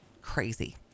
Crazy